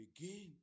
begin